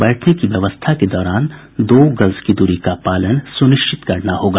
बैठने की व्यवस्था के दौरान दो गज की दूरी का पालन सुनिश्चित करना होगा